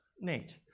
Nate